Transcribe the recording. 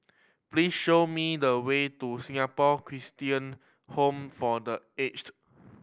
please show me the way to Singapore Christian Home for The Aged